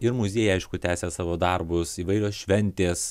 ir muziejai aišku tęsia savo darbus įvairios šventės